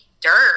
dirt